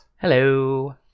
Hello